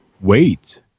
Wait